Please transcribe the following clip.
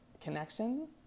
connection